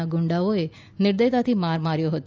ના ગુંડાઓએ નિર્દયતાથી માર માર્યો હતો